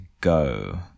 go